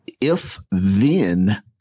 if-then